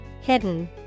Hidden